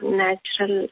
natural